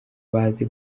baze